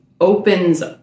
opens